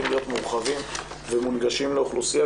להיות מורחבים ומונגשים לאוכלוסייה,